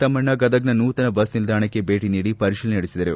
ತಮ್ಮಣ್ಣ ಗದಗ್ನ ನೂತನ ಬಸ್ ನಿಲ್ದಾಣಕ್ಕೆ ಭೇಟಿ ನೀಡಿ ಪರಿತೀಲನೆ ನಡೆಸಿದರು